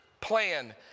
plan